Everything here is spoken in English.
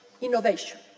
innovation